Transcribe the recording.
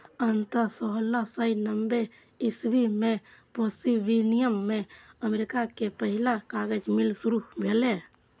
अंततः सोलह सय नब्बे इस्वी मे पेंसिलवेनिया मे अमेरिका के पहिल कागज मिल शुरू भेलै